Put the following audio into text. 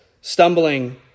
stumbling